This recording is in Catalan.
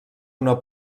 una